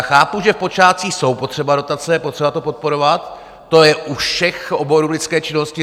Chápu, že v počátcích jsou potřeba dotace, je potřeba to podporovat, to je u všech oborů lidské činnosti.